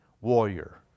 warrior